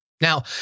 Now